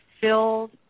filled